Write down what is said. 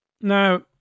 Now